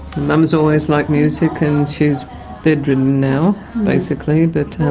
mum has always liked music and she is bedridden now basically, but and